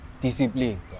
discipline